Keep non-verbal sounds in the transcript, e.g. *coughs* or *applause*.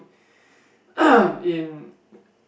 *breath* *coughs* in